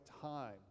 time